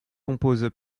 compose